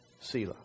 Selah